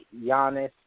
Giannis